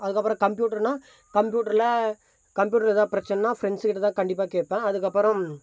அதுக்கப்புறம் கம்ப்யூட்டருனால் கம்ப்யூட்டரில் கம்ப்யூட்டரில் எதாவது பிரச்சினனா ஃப்ரெண்ட்ஸ் கிட்டேதான் கண்டிப்பாக கேட்பேன் அதுக்கப்புறம்